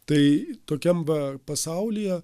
tai tokiam va pasaulyje